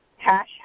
Cash